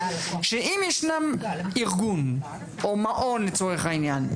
שאם ישנו ארגון או מעון לצורך העניין,